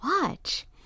watch